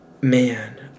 man